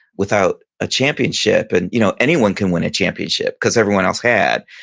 without a championship. and you know anyone can win a championship, because everyone else had.